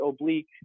oblique